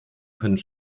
können